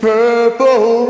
Purple